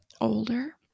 older